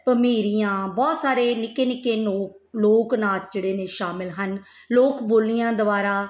ਭਮੀਰੀਆਂ ਬਹੁਤ ਸਾਰੇ ਨਿੱਕੇ ਨਿੱਕੇ ਨੋਕ ਲੋਕ ਨਾਚ ਜਿਹੜੇ ਨੇ ਸ਼ਾਮਿਲ ਹਨ ਲੋਕ ਬੋਲੀਆਂ ਦੁਆਰਾ